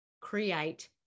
create